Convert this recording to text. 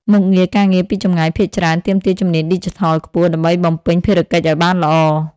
មុខងារការងារពីចម្ងាយភាគច្រើន ទាមទារជំនាញឌីជីថលខ្ពស់ ដើម្បីបំពេញភារកិច្ចឱ្យបានល្អ។